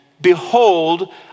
behold